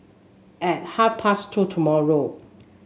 at half past two tomorrow